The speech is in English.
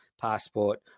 passport